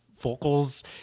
vocals